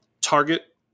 target